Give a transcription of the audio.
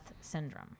Syndrome